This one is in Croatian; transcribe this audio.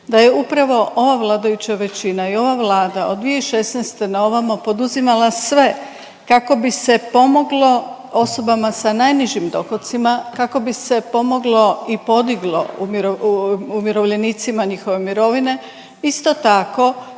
da je upravo ova vladajuća većina i ova Vlada od 2016. na ovamo poduzimala sve kako bi se pomoglo osobama sa najnižim dohocima, kako bi se pomoglo i podiglo umirovljenicima njihove mirovine. Isto tako,